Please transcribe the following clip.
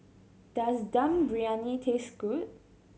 does Dum Briyani taste good